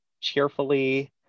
cheerfully